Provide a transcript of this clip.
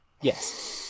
Yes